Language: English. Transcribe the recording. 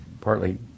partly